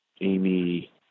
Amy